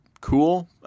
cool